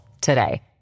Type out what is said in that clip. today